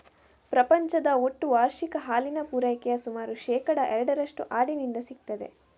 ಪ್ರಪಂಚದ ಒಟ್ಟು ವಾರ್ಷಿಕ ಹಾಲಿನ ಪೂರೈಕೆಯ ಸುಮಾರು ಶೇಕಡಾ ಎರಡರಷ್ಟು ಆಡಿನಿಂದ ಸಿಗ್ತದೆ